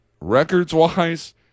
records-wise